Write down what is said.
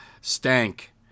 stank